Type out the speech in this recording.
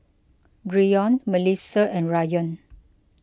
Bryon Melissia and Rayan